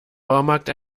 baumarkt